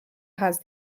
had